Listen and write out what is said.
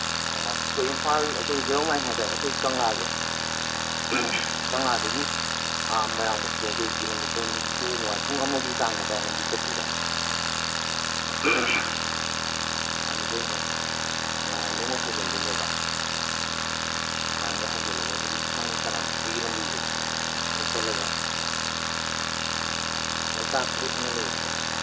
ꯑꯣ ꯑꯣ ꯑꯩꯈꯣꯏ ꯏꯝꯐꯥꯜ ꯑꯩꯈꯣꯏ ꯖꯦꯔꯣ ꯃꯥꯏꯜ ꯍꯥꯏ ꯇꯥꯔꯦ ꯑꯩꯈꯣꯏ ꯀꯪꯂꯥꯁꯦ ꯀꯪꯂꯥꯗꯒꯤ ꯃꯣꯏꯔꯥꯡꯕꯨꯛꯁꯦ ꯑꯩꯈꯣꯏ ꯀꯤꯂꯣꯃꯤꯇꯔ ꯅꯤꯐꯨꯃꯨꯛ ꯍꯥꯏ ꯄꯨꯡ ꯑꯃꯒꯤ ꯆꯥꯡ ꯍꯥꯏ ꯇꯥꯔꯦ ꯂꯝꯕꯤ ꯆꯠꯄꯁꯦ ꯑꯗꯨꯗꯩ ꯑꯃꯨꯛ ꯃꯣꯏꯔꯥꯡꯗꯩ ꯑꯃꯨꯛ ꯍꯥꯏꯖꯟꯗꯣꯏꯅꯦꯕ ꯃꯣꯏꯔꯥꯡꯗꯩ ꯍꯥꯏꯖꯟꯂꯒ ꯑꯩꯈꯣꯏꯒꯤ ꯊꯥꯡꯒ ꯀꯔꯥꯡ ꯆꯠꯄꯩ ꯂꯝꯕꯤꯁꯦ ꯁꯨꯝ ꯆꯠꯂꯒ ꯂꯣꯛꯇꯥꯛ ꯂꯦꯛꯑꯅ ꯂꯩꯌꯦꯕꯀꯣ